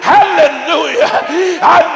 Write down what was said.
Hallelujah